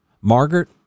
Margaret